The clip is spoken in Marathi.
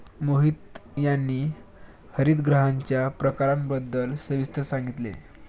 मोहित यांनी हरितगृहांच्या प्रकारांबद्दल सविस्तर सांगितले